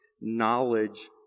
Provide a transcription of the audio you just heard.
knowledge